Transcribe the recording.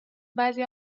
بعضی